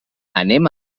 anem